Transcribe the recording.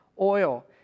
oil